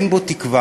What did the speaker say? אין בו תקווה,